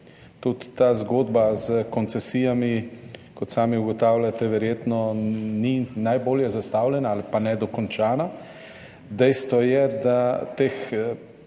Tudi ta zgodba s koncesijami, kot sami ugotavljate, verjetno ni najbolje zastavljena ali pa je nedokončana. Dejstvo je, da se